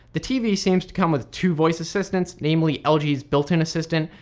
the tv seems to come with two voice assistants, namely lg's built in assistant,